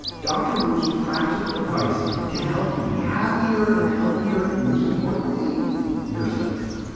dr. wu's practical advice can help you be happier and healthier and most importantly yourself,